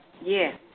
Yes